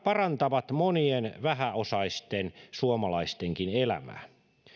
parantavat monien vähäosaisten suomalaistenkin elämää